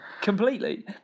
completely